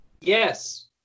Yes